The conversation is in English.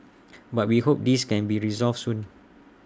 but we hope this can be resolved soon